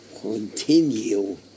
continue